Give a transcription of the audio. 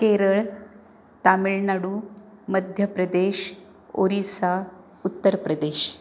Kerala Tamil Nadu Madhya Pradesh Orissa Uttar Pradesh